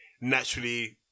Naturally